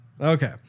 Okay